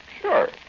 Sure